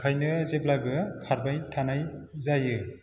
ओंखायनो जेब्लाबो खारबाय थानाय जायो